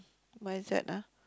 what is that ah